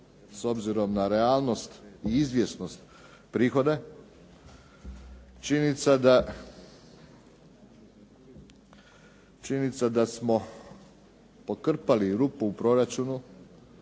s obzirom na realnost i izvjesnost prihoda, činjenica da smo pokrpali rupu u proračunu